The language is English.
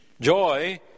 joy